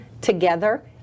together